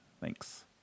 Thanks